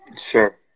Sure